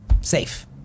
safe